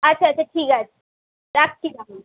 আচ্ছা আচ্ছা ঠিক আছে রাখছি তাহলে